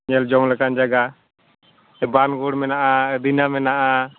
ᱧᱮᱞ ᱡᱚᱝ ᱞᱮᱠᱟᱱ ᱡᱟᱭᱜᱟ ᱵᱟᱱᱜᱳᱲ ᱢᱮᱱᱟᱜᱼᱟ ᱟᱹᱫᱤᱱᱟ ᱢᱮᱱᱟᱜᱼᱟ